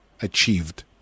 achieved